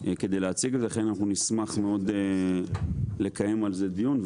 כדי להציג את זה ונשמח מאוד לקיים על זה דיון.